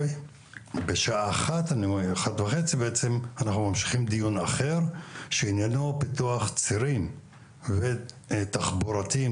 ובשעה 13:30 אנחנו ממשיכים דיון אחר שעניינו פיתוח צירים תחבורתיים,